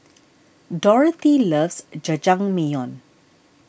Dorothy loves Jajangmyeon